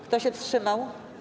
Kto się wstrzymał?